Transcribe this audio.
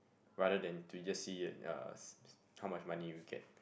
rather than to just see it uh how much money you get